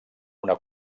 una